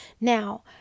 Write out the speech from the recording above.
Now